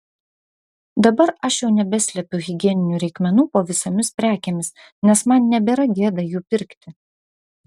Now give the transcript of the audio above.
dabar aš jau nebeslepiu higieninių reikmenų po visomis prekėmis nes man nebėra gėda jų pirkti